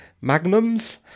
magnums